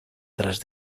tras